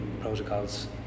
protocols